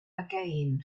again